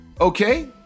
Okay